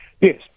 Yes